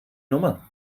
nummer